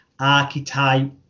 archetype